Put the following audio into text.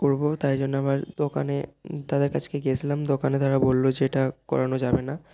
করব তাই জন্য আবার দোকানে তাদের কাছে গিয়েছিলাম দোকানে তারা বলল যে এটা করানো যাবে না